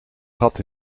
gat